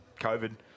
covid